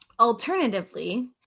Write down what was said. Alternatively